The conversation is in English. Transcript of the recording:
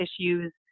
issues